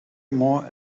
more